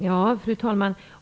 Fru talman!